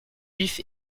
juif